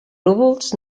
núvols